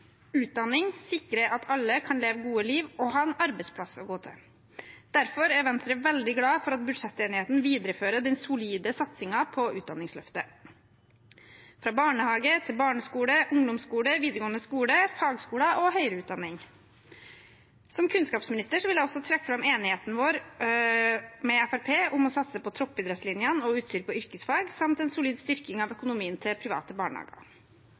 Utdanning sikrer at alle kan leve et godt liv og ha en arbeidsplass å gå til. Derfor er Venstre veldig glad for at budsjettenigheten viderefører den solide satsingen på Utdanningsløftet, fra barnehage til barneskole, ungdomsskole, videregående skole, fagskoler og høyere utdanning. Som kunnskapsminister vil jeg også trekke fram enigheten vår med Fremskrittspartiet om å satse på toppidrettslinjene og utstyr på yrkesfag samt en solid styrking av økonomien til private barnehager.